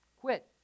Quit